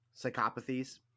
psychopathies